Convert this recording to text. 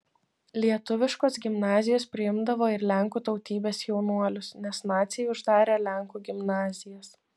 lietuviškos gimnazijos priimdavo ir lenkų tautybės jaunuolius nes naciai uždarė lenkų gimnazijas